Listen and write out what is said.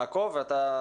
לא בדקו את זה.